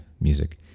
music